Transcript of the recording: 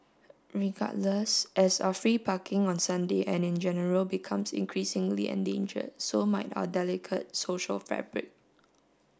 regardless as a free parking on Sunday and in general becomes increasingly endangered so might our delicate social fabric